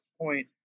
point